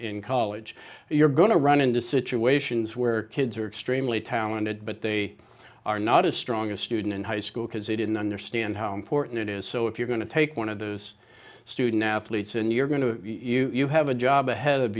in college you're going to run into situations where kids are extremely talented but they are not as strong a student in high school because they didn't understand how important it is so if you're going to take one of those student out pleats and you're going to you have a job ahead of